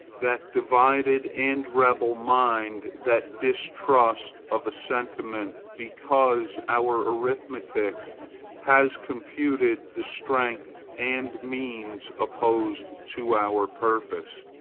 that divided and rebel mind, that distrust of a sentiment because our arithmetic has computed the strength and means opposed to our purpose,